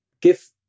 Give